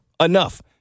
enough